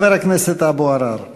חבר הכנסת אבו עראר.